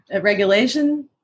regulation